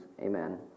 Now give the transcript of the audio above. Amen